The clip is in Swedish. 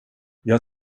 jag